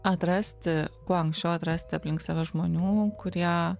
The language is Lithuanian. atrasti kuo anksčiau atrasti aplink save žmonių kurie